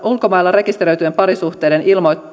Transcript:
ulkomailla rekisteröityjen parisuhteiden